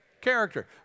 character